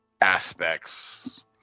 aspects